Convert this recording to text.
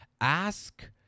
ask